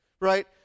right